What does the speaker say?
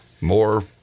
more